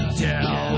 tell